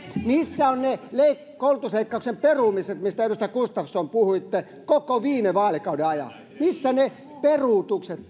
missä ovat ne koulutusleikkauksien perumiset mistä edustaja gustafsson puhuitte koko viime vaalikauden ajan missä ne peruutukset